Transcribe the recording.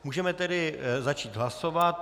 Můžeme tedy začít hlasovat.